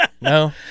No